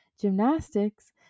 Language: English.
gymnastics